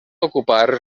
ocupar